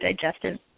digestive